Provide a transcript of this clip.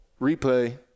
replay